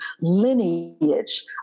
lineage